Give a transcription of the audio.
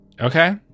Okay